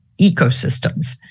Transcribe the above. ecosystems